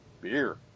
Beer